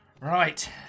Right